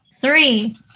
Three